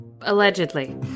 Allegedly